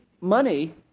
money